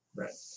right